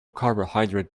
carbohydrate